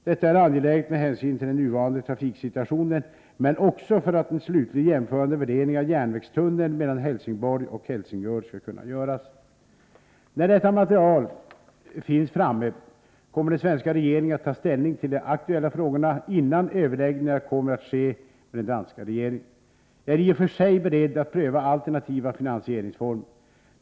Detta är angeläget med hänsyn till den nuvarande trafiksituationen, men också för att en slutlig jämförande värdering av järnvägstunneln mellan Helsingborg och Helsingör skall kunna göras. När detta material finns framme kommer den svenska regeringen att ta ställning till de aktuella frågorna, innan överläggningar kommer att ske med den danska regeringen. Jag är i och för sig beredd att pröva alternativa finansieringsformer.